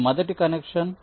ఇది మొదటి కనెక్షన్